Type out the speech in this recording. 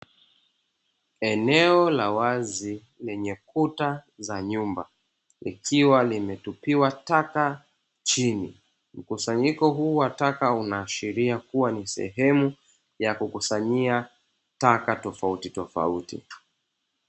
Eneo la wazi lenye kuta za nyumba nikiwa limetupiwa taka chini, mkusanyiko huu wa taka unaashiria kuwa ni sehemu ya kukusanyia taka tofauti tofauti.